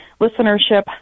listenership